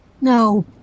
No